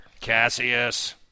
Cassius